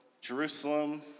Jerusalem